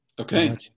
Okay